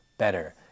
Better